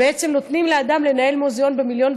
בעצם נותנים לאדם לנהל מוזיאון במיליון